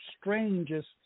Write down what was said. strangest